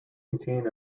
contain